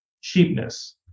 cheapness